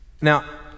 Now